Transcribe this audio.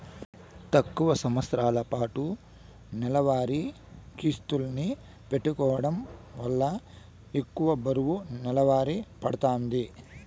తక్కువ సంవస్తరాలపాటు నెలవారీ కిస్తుల్ని పెట్టుకోవడం వల్ల ఎక్కువ బరువు నెలవారీ పడతాంది